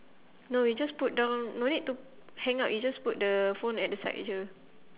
no we just put down no need to hang up you just put the phone at the side aja